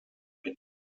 mit